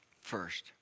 First